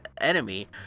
enemy